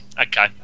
okay